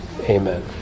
Amen